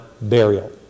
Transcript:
burial